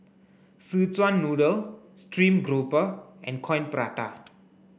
Szechuan noodle stream grouper and Coin Prata